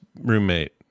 roommate